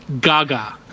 gaga